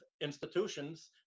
institutions